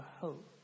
hope